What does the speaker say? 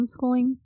homeschooling